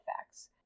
effects